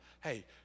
hey